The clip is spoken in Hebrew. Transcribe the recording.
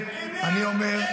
לא.